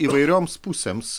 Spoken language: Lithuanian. įvairioms pusėms